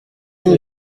une